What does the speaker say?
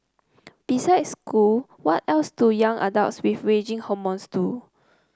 besides school what else do young adults with raging hormones do